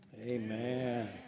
Amen